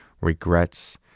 regrets